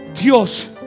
Dios